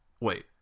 wait